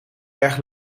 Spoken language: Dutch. erg